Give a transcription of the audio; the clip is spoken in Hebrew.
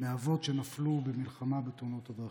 מהאבות שנפלו במלחמה בתאונות הדרכים.